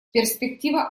перспектива